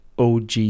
OG